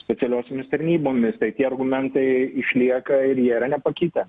specialiosiomis tarnybomis tai tie argumentai išlieka ir jie yra nepakitę